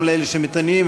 גם לאלה שמתעניינים,